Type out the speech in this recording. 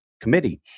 committee